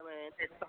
మేమేం తెచ్చుకో